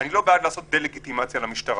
אני לא בעד לעשות דה-לגיטימציה למשטרה.